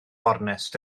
ornest